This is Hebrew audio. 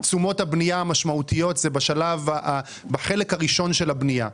תשומות הבנייה המשמעותיות הן בחלק הראשון של הבנייה.